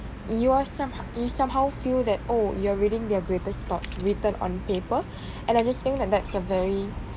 you are some~ you somehow feel that oh you are reading their greatest thoughts written on paper and I just think that that's a very